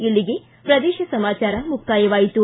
ಇಲ್ಲಿಗೆ ಪ್ರದೇಶ ಸಮಾಚಾರ ಮುಕ್ತಾಯವಾಯಿತು